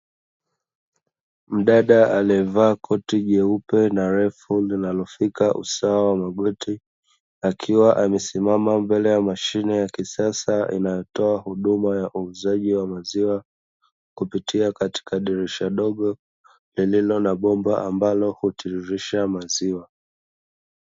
Mdada aliyevaa koti jeupe na refu linalofika usawa wa magoti, akiwa amesimama mbele ya mashine ya kisasa inayotoa huduma ya uuzaji wa maziwa, kupitia katika dirisha dogo lililo na bomba ambalo hutiririsha maziwa.